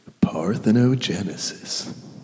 parthenogenesis